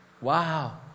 Wow